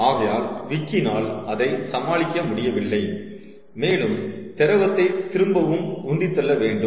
ஆகையால் விக்கினால் அதை சமாளிக்க முடியவில்லை மேலும் திரவத்தை திரும்பவும் உந்தித் தள்ள வேண்டும்